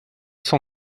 son